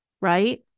right